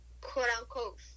quote-unquote